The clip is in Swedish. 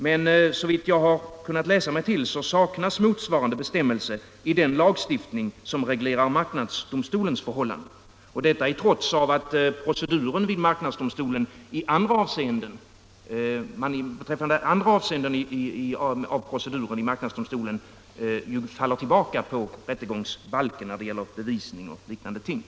Men såvitt jag har kunnat läsa mig till saknas motsvarande bestämmelse i den lagstiftning som reglerar marknadsdomstolens förhållanden — och detta i trots av att man beträffande proceduren i marknadsdomstolen i andra avseenden faller tillbaka på rättegångsbalken, när det gäller bevisning och liknande ting.